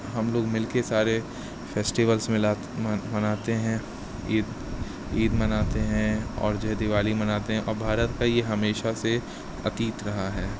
ہم لوگ مل کے سارے فیسٹیولس مناتے ہیں عید عید مناتے ہیں اور جو ہے دیوالی مناتے ہیں بھارت کا یہ ہمیشہ سے اتیت رہا ہے